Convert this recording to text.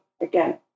again